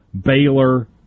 Baylor